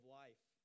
life